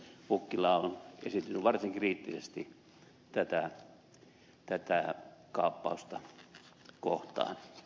pukkila on esiintynyt varsin kriittisesti tätä kaappausta kohtaan